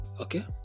okay